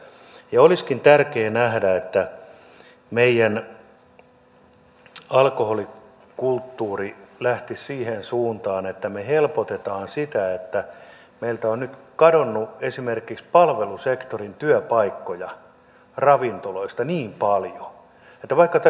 olisikin tärkeää nähdä että meidän alkoholikulttuuri lähtisi siihen suuntaan että me helpotamme sitä tilannetta että meiltä on nyt kadonnut esimerkiksi palvelusektorin työpaikkoja ravintoloista niin paljon